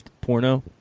porno